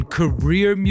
career